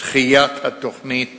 דחיית התוכנית